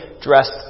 dressed